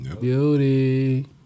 Beauty